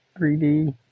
3D